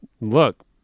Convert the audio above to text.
look